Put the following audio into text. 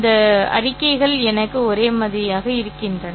இந்த அறிக்கைகள் எனக்கு ஒரே மாதிரியாக இருக்கின்றன